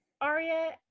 Aria